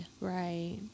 right